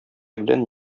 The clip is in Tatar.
белән